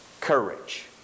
courage